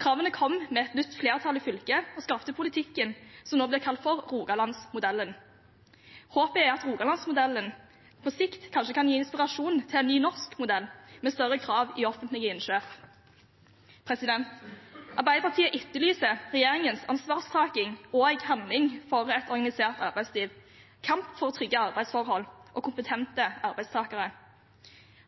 Kravene kom med et nytt flertall i fylket og skapte politikken som nå blir kalt Rogalandsmodellen. Håpet er at Rogalandsmodellen på sikt kanskje kan gi inspirasjon til en ny norsk modell med større krav i offentlige innkjøp. Arbeiderpartiet etterlyser regjeringens ansvarstaking og handling for et organisert arbeidsliv, kamp for å trygge arbeidsforhold og kompetente arbeidstakere,